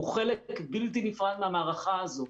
הוא חלק בלתי נפרד מהמערכה הזו.